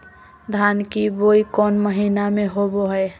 धान की बोई कौन महीना में होबो हाय?